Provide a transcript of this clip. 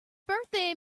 birthday